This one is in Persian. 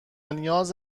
نیاز